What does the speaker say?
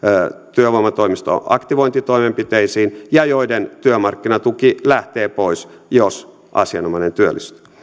työvoimatoimiston aktivointitoimenpiteisiin ja joiden työmarkkinatuki lähtee pois jos asianomainen työllistyy